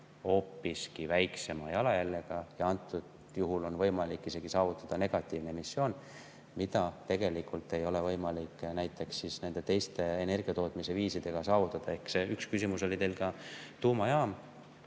hoopiski väiksema jalajäljega. Kõnealusel juhul on võimalik isegi saavutada negatiivne emissioon, mida tegelikult ei ole võimalik näiteks teiste energiatootmise viisidega saavutada. Üks küsimus oli teil ka tuumajaama